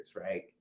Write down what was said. right